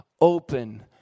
open